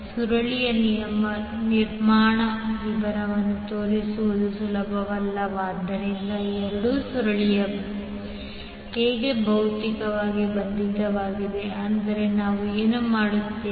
ಸುರುಳಿಯ ನಿರ್ಮಾಣ ವಿವರವನ್ನು ತೋರಿಸುವುದು ಸುಲಭವಲ್ಲವಾದ್ದರಿಂದ ಎರಡೂ ಸುರುಳಿ ಹೇಗೆ ಭೌತಿಕವಾಗಿ ಬಂಧಿತವಾಗಿದೆ ಅಂದರೆ ನಾವು ಏನು ಮಾಡುತ್ತೇವೆ